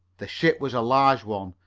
the ship was a large one,